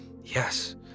Yes